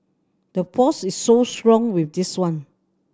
the force is so strong with this one